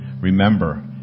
remember